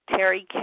Terry